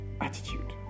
Attitude